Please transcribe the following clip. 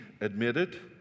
admitted